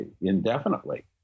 indefinitely